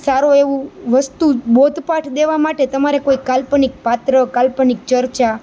સારું એવું વસ્તું બોધ પાઠ દેવા માટે તમારે કોઈ કાલ્પનિક પાત્ર કાલ્પનિક ચર્ચા